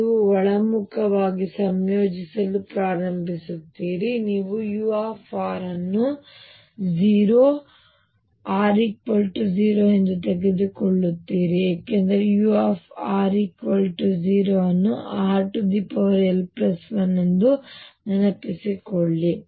ಆದ್ದರಿಂದ ನೀವು ಒಳಮುಖವಾಗಿ ಸಂಯೋಜಿಸಲು ಪ್ರಾರಂಭಿಸುತ್ತೀರಿ ಮತ್ತು ನೀವು u ಅನ್ನು 0 r 0 ಎಂದು ತೆಗೆದುಕೊಳ್ಳುತ್ತೀರಿ ಏಕೆಂದರೆ u r 0 ಅನ್ನು rl1 ಎಂದು ನೆನಪಿಸಿಕೊಳ್ಳಿ